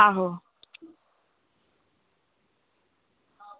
आहो